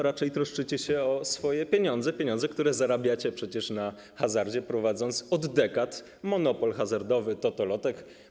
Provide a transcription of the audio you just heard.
Raczej troszczycie się o swoje pieniądze, pieniądze, które zarabiacie przecież na hazardzie, prowadząc od dekad monopol hazardowy totolotek.